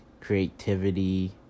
creativity